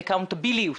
אקאונטביליות,